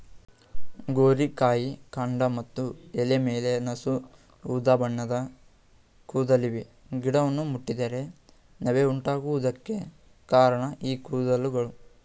ಗೋರಿಕಾಯಿ ಕಾಂಡ ಮತ್ತು ಎಲೆ ಮೇಲೆ ನಸು ಉದಾಬಣ್ಣದ ಕೂದಲಿವೆ ಗಿಡವನ್ನು ಮುಟ್ಟಿದರೆ ನವೆ ಉಂಟಾಗುವುದಕ್ಕೆ ಕಾರಣ ಈ ಕೂದಲುಗಳು